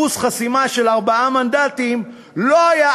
אחוז חסימה של ארבעה מנדטים לא היה